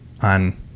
on